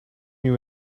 you